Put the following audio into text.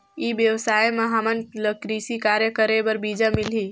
ई व्यवसाय म हामन ला कृषि कार्य करे बर बीजा मिलही?